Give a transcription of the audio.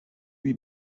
huit